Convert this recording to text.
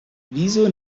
wieso